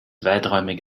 weiträumig